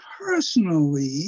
personally